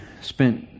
spent